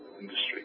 industry